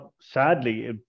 sadly